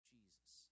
Jesus